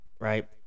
right